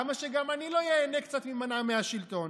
למה שגם אני לא איהנה קצת ממנעמי השלטון?